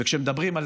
וכשמדברים על